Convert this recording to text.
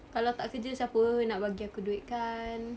kalau tak kerja siapa nak bagi aku duit kan